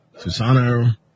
Susano